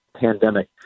pandemic